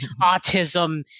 autism